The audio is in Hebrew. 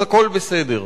הכול בסדר.